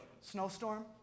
Snowstorm